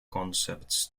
concepts